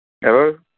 Hello